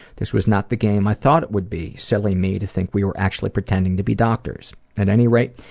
this was not the game i thought it would be, silly me to think we were actually pretending to be doctors. at any rate,